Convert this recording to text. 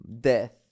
death